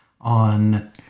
on